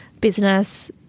business